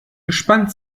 gespannt